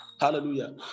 Hallelujah